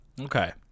Okay